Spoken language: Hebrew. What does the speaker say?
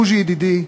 בוז'י ידידי,